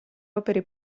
opere